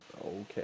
okay